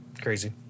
crazy